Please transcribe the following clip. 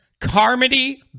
carmody